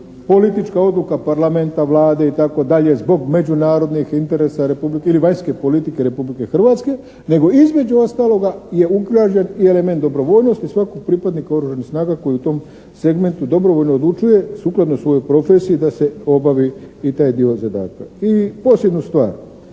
politička odluka Parlamenta, Vlade itd. zbog međunarodnih interesa Republike ili vanjske politike Republike Hrvatske, nego između ostaloga je ugrađen i element dobrovoljnosti svakog pripadnika oružanih snaga koji u tom segmentu dobrovoljno odlučuje sukladno svojoj profesiji da se obavi i taj dio zadatka. I posljednju stvar